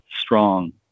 strong